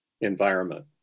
environment